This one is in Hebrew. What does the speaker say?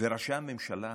וראשי הממשלה